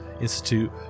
Institute